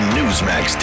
Newsmax